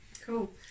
Cool